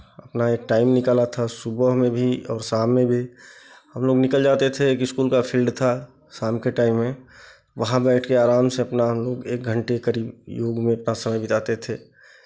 अपना एक टाइम निकाला था सुबह में भी और शाम में भी हमलोग निकल जाते थे कि इस्कूल का फील्ड था शाम के टाइम में वहाँ बैठ के आराम से अपना हम लोग एक घंटे करीब योग में अपना समय बिताते थे